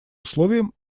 условием